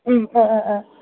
ꯎꯝ ꯑꯥ ꯑꯥ ꯑꯥ